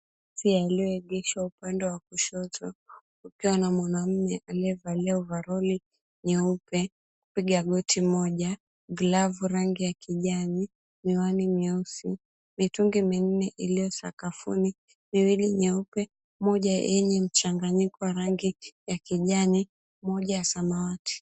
Yaliyoegeshwa upande wa kushoto, kukiwa na mwanaume alivaa ovaroli nyeupe, amepiga goti moja, glavu rangi ya kijani, miwani nyeusi, mitungi minne iliyo sakafuni — miwili nyeupe, moja yenye mchanganyiko wa rangi ya kijani, moja ya samawati.